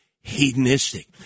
hedonistic